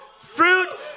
fruit